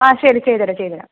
ആ ശരി ചെയ്തു തരാം ചെയ്തു തരാം